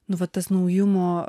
nu va tas naujumo